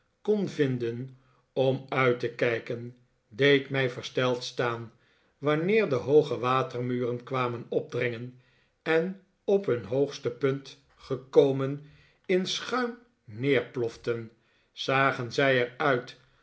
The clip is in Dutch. kon vinden om uit te kijken deed mij versteld staari wanneer de hooge watermuren kwamen opdringen en op hun hoogste punt gekomen in schuim neerploften zagen zij er uit